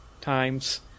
times